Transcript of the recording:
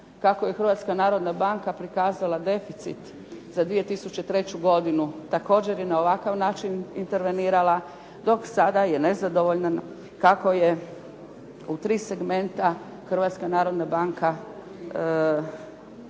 kako je Hrvatska narodna banka prikazala deficit za 2003. godinu također je na ovakav način intervenirala dok sada je nezadovoljna kako je u tri segmenta Hrvatska narodna banka zapravo